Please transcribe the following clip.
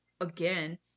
again